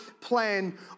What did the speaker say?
plan